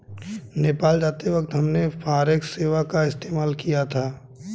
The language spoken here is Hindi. नेपाल जाते वक्त हमने फॉरेक्स सेवा का इस्तेमाल किया था